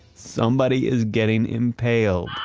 somebody is getting impaled.